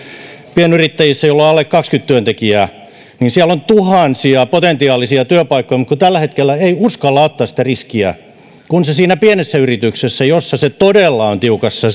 pienyrittäjillä joilla on alle kaksikymmentä työntekijää on tuhansia potentiaalisia työpaikkoja mutta tällä hetkellä ei uskalleta ottaa sitä riskiä kun se siinä pienessä yrityksessä jossa se leipä todella on tiukassa